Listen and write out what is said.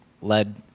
led